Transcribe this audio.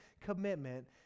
commitment